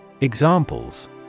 Examples